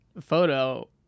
photo